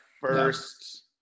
first